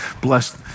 Bless